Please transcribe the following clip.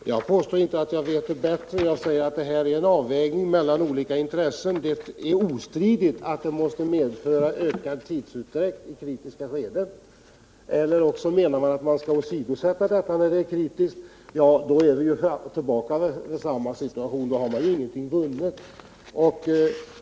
Herr talman! Jag påstår inte att jag vet bättre: jag säger att det här gäller en avvägning mellan olika intressen. Det är ostridigt att reservanternas förslag skulle medföra ökad tidsutdräkt i kritiska skeden. Eller menar man att regeln skall åsidosättas när det är kritiskt? Då är man tillbaka i samma situation som förut och har ingenting vunnit.